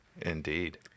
Indeed